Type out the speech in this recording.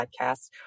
Podcast